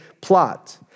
plot